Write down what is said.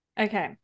okay